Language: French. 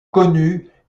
connue